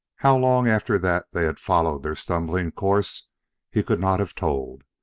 how long after that they had followed their stumbling course he could not have told.